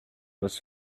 was